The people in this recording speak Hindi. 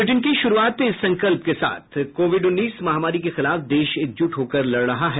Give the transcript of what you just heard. बुलेटिन की शुरूआत इस संकल्प के साथ कोविड उन्नीस महामारी के खिलाफ देश एकजुट होकर लड़ रहा है